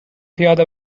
پیاده